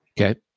okay